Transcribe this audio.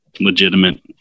legitimate